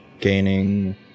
Gaining